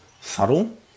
subtle